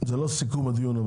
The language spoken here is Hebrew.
זה לא סיכום הדיון.